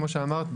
כמו שאמרת,